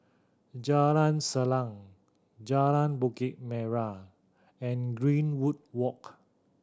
Jalan Salang Jalan Bukit Merah and Greenwood Walk